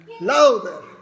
Louder